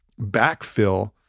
backfill